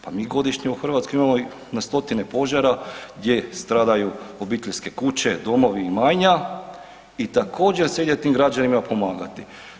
Pa mi godišnje u Hrvatskoj imamo na stotine požara gdje stradaju obiteljske kuće, domovi i imanja i također svim tim građanima pomagati.